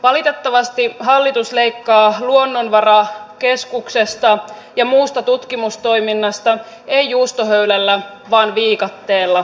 valitettavasti hallitus leikkaa luonnonvarakeskuksesta ja muusta tutkimustoiminnasta ei juustohöylällä vaan viikatteella